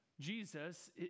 Jesus